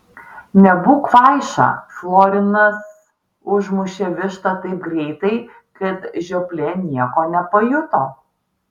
nebūk kvaiša florinas užmušė vištą taip greitai kad žioplė nieko nepajuto